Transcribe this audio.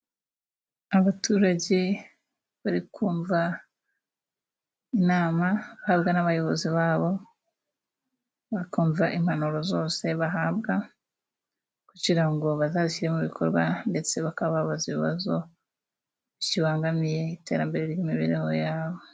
Abaturage barikumva inama bahabwa n'abayobozi babo, bakumva impanuro zose bahabwa. Kugira ngo bazazishyire mu bikorwa, ndetse bakaba babaza ibibazo bikibangamiye, iterambere ry'imibereho yabo.